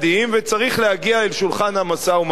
וצריך להגיע אל שולחן המשא-ומתן.